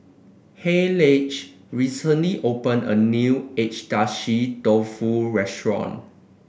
Hayleigh recently opened a new Agedashi Dofu restaurant